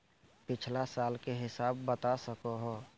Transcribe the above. पिछला साल के हिसाब बता सको हो?